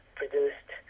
produced